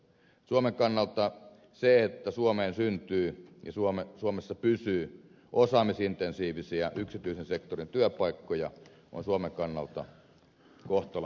suomen kannalta se että suomeen syntyy ja suomessa pysyy osaamisintensiivisiä yksityisen sektorin työpaikkoja on kohtalonkysymys